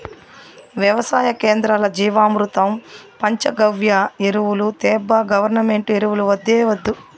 వెవసాయ కేంద్రాల్ల జీవామృతం పంచగవ్య ఎరువులు తేబ్బా గవర్నమెంటు ఎరువులు వద్దే వద్దు